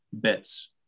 bits